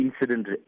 incident